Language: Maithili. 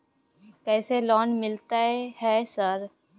कैसे लोन मिलते है सर?